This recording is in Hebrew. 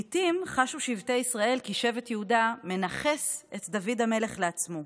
לעיתים חשו שבטי ישראל כי שבט יהודה מנכס את דוד המלך לעצמו,